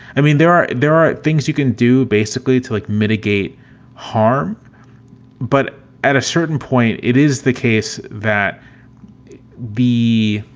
i mean, there are there are things you can do basically to like mitigate harm but at a certain point, it is the case that be